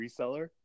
reseller